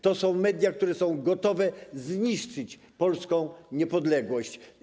To są media, które są gotowe zniszczyć polską niepodległość.